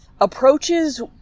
approaches